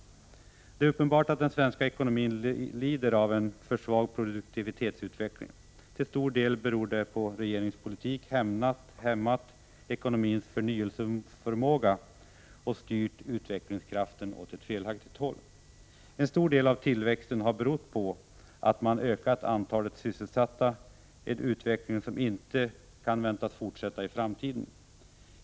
Det är uppenbart att den svenska ekonomin lider av en för svag produktivitetsutveckling. Till stor del beror detta på att regeringens politik hämmat ekonomins förnyelseförmåga och styrt utvecklingskraften åt ett felaktigt håll. En stor del av tillväxten har berott på att man ökat antalet sysselsatta, en utveckling som inte kan väntas fortsätta i framtiden.